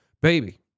baby